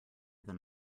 than